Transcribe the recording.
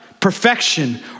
perfection